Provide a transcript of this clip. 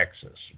Texas